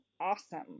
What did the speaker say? awesome